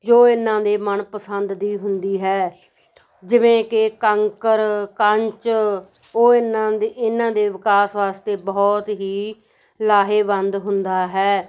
ਜੋ ਇਹਨਾਂ ਦੇ ਮਨ ਪਸੰਦ ਦੀ ਹੁੰਦੀ ਹੈ ਜਿਵੇਂ ਕਿ ਕੰਕਰ ਕੰਚ ਉਹ ਇਹਨਾਂ ਦੀ ਇਹਨਾਂ ਦੇ ਵਿਕਾਸ ਵਾਸਤੇ ਬਹੁਤ ਹੀ ਲਾਹੇਵੰਦ ਹੁੰਦਾ ਹੈ